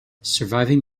surviving